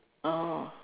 oh